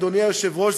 אדוני היושב-ראש,